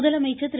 முதலமைச்சர் திரு